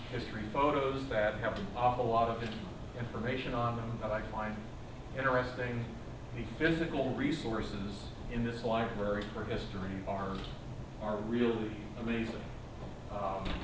history photos that have an awful lot of information on them that i find interesting the physical resources in this library for history are are really amazing